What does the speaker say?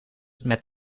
met